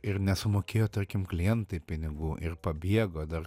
ir nesumokėjo tarkim klientai pinigų ir pabiego dar